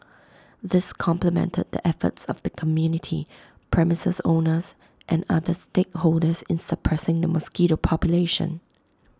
this complemented the efforts of the community premises owners and other stakeholders in suppressing the mosquito population